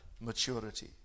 maturity